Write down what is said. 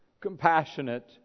compassionate